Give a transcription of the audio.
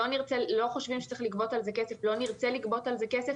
לא חושבים שצריך לגבות על כך כסף ולא נרצה לגבות על כך כסף.